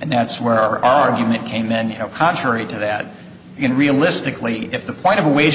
and that's where our argument came in you know contrary to that you know realistically if the point of a wage